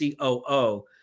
COO